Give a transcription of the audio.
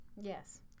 Yes